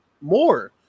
more